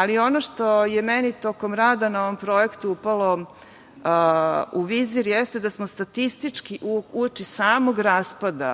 ali ono što je meni tokom rada na ovom projektu upalo u vizir jeste da smo statistički uoči samog raspada